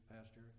Pastor